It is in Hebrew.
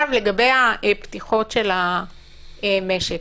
לגבי הפתיחות במשק.